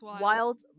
wild